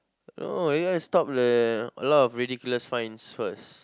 no you guys stop the a lot of ridiculous fines first